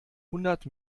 hundert